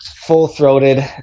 full-throated